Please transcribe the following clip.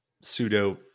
pseudo